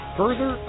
further